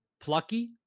Plucky